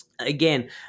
Again